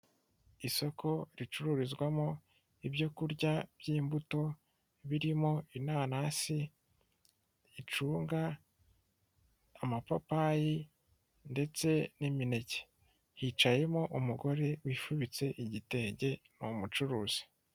Isoko ricururizwamo ibyo kurya by'imbuto birimo inanasi, icunga, amapapayi ndetse n'imineke, hicayemo umugore wifubitse igitenge ni umucuruzi.